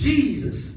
Jesus